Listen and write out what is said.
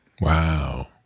Wow